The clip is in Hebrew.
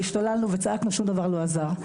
והשתוללנו וצעקנו, שום דבר לא עזר.